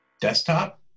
desktop